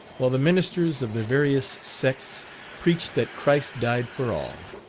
while the ministers of the various sects preached that christ died for all